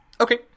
Okay